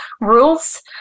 rules